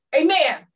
Amen